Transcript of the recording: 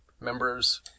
members